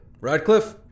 Radcliffe